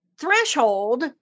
threshold